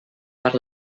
per